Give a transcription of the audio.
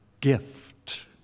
gift